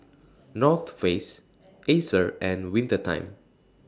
North Face Acer and Winter Time